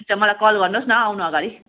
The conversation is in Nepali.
हुन्छ मलाई कल गर्नुहोस् न आउनु अगाडि